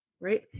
right